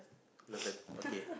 love and okay